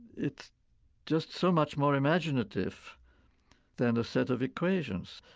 it's just so much more imaginative than a set of equations.